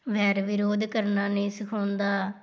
ਵੈਰ ਵਿਰੋਧ ਕਰਨਾ ਨਹੀਂ ਸਿਖਾਉਂਦਾ